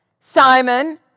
Simon